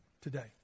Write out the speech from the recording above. today